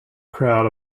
crowd